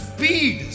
Speed